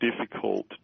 difficult